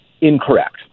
incorrect